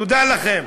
תודה לכם.